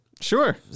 Sure